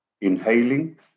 Inhaling